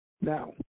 Now